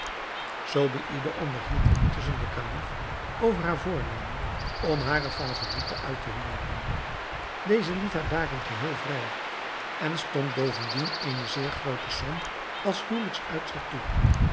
zobeïde onderhield intusschen den kalif over haar voornemen om hare favorite uit te huwelijken deze liet haar daarin geheel vrij en stond bovendien eene zeer groote som als huwelijks uitzet toe